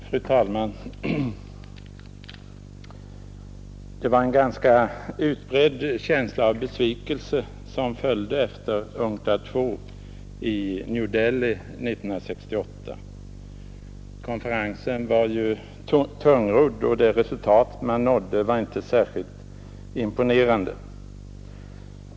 Fru talman! Det var en ganska utbredd känsla av besvikelse som följde efter UNCTAD II i New Delhi 1968. Konferensen var tungrodd, och de resultat man uppnådde var inte särskilt imponerande.